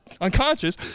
unconscious